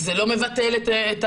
זה שלא מבטל את המקלטים,